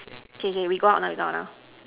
okay okay we go out now we go out now